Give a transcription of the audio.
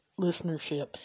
listenership